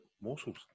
morsels